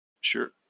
Sure